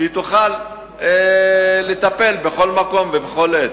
שהיא תוכל לטפל בכל מקום ובכל עת.